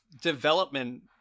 development